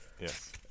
yes